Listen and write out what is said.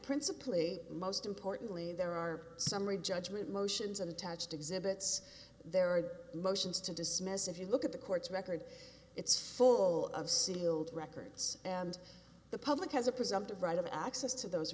principly most importantly there are summary judgment motions attached exhibits there are motions to dismiss if you look at the court's record it's full of sealed records and the public has a presumptive right of access to those